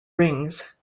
rings